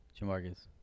Jamarcus